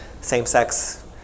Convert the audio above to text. same-sex